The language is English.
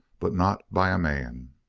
but not by a man.